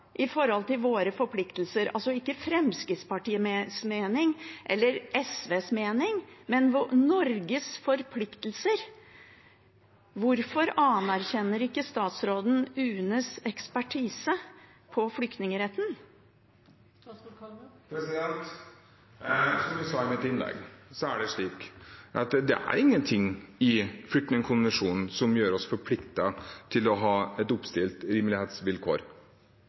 til våre forpliktelser. Det er altså ikke Fremskrittspartiets eller SVs mening, men Norges forpliktelser. Hvorfor anerkjenner ikke statsråden UNEs ekspertise på flyktningretten? Som jeg sa i mitt innlegg, er det slik at det er ingenting i flyktningkonvensjonen som gjør oss forpliktet til å ha et oppstilt rimelighetsvilkår.